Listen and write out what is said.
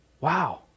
wow